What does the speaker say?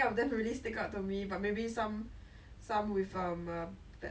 it was quite nice lah you always feel like you have time to do things